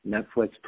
Netflix